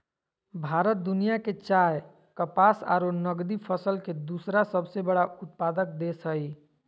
भारत दुनिया के चाय, कपास आरो नगदी फसल के दूसरा सबसे बड़ा उत्पादक देश हई